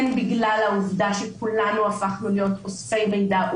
הן בגלל העובדה שכולנו הפכנו להיות אוספי מידע,